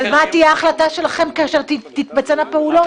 אבל מה תהיה ההחלטה שלכם כאשר תתבצענה פעולות?